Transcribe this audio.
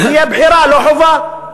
תהיה בחירה, לא חובה.